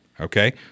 Okay